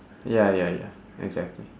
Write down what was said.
ya ya ya exactly